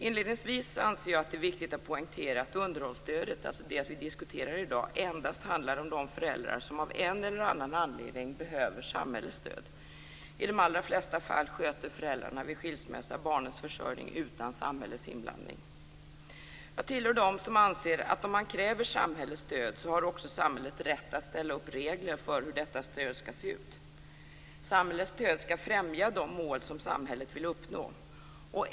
Inledningsvis anser jag att det är viktigt att poängtera att underhållsstödet - det som vi diskuterar i dag - endast handlar om de föräldrar som av en eller annan anledning behöver samhällets stöd. I de allra flesta fall sköter föräldrarna vid skilsmässa barnens försörjning utan samhällets inblandning. Jag tillhör dem som anser att om man kräver samhällets stöd har också samhället rätt att ställa upp regler för hur detta stöd skall se ut. Samhällets stöd skall främja de mål som samhället vill uppnå.